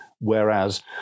Whereas